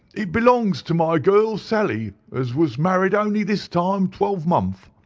it belongs to my girl sally, as was married only this time twelvemonth,